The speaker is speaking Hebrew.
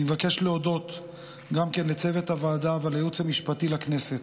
אני מבקש להודות גם לצוות הוועדה ולייעוץ המשפטי לכנסת.